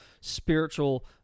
spiritual